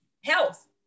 health